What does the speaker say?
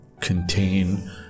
contain